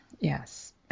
Yes